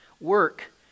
Work